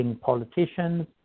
politicians